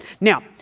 Now